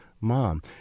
mom